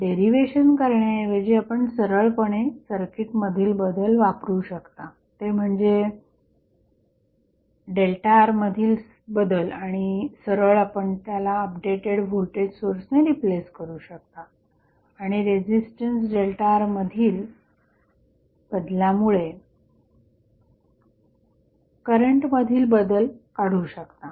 derivation करण्याऐवजी आपण सरळपणे सर्किट मधील बदल वापरू शकता ते म्हणजे ΔR मधील बदल आणि सरळ आपण त्याला अपडेटेड व्होल्टेज सोर्सने रिप्लेस करू शकता आणि रेझिस्टन्स ΔR मधील बदलामुळे करंट मधील बदल काढू शकता